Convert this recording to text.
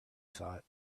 thought